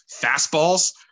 fastballs